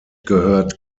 gehört